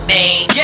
Name